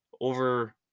over